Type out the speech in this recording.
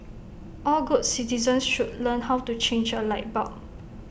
all good citizens should learn how to change A light bulb